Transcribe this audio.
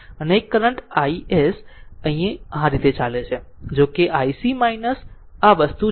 અને એક current ic આ રીતે ચાલે છે જોકે ic વસ્તુ છે